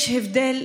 יש הבדל,